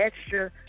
extra